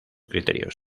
criterios